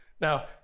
Now